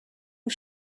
was